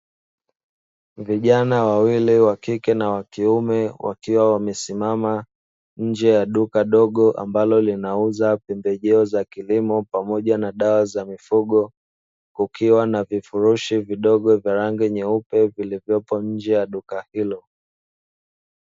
Vijana wawili wa kike na kiume, wakiwa wamesimama nje ya duka dogo ambalo linauza pembejeo za kilimo pamoja na dawa za mifugo. Kukiwa na vifurushi vidogo vya rangi nyeupe vilivyopo nje ya duka hilo.